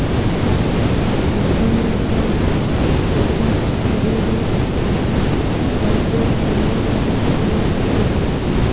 मखाना खा बेटा शरीरत फाइबरेर कमी नी ह तोक